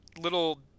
little